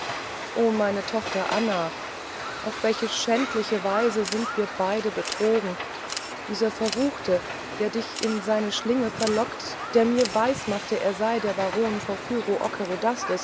o meine tochter anna auf welche schändliche weise sind wir beide betrogen dieser verruchte der dich in seine schlingen verlockte der mir weismachte er sei der baron